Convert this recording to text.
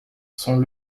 sont